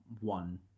one